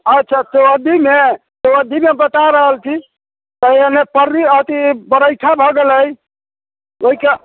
अच्छा अच्छा चौहद्दीमे चौहद्दीमे बता रहल छी तऽ एने पर्री अथी बरैठा भऽ गेलै ओहि कऽ